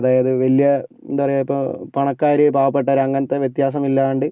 അതായത് വലിയ എന്താ പറയുക ഇപ്പോൾ പണക്കാര് പാവപ്പെട്ടവര് അങ്ങനത്തെ വ്യത്യാസമൊന്നുമില്ലാണ്ട്